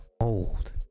old